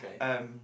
okay